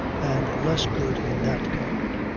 and less good in that kind.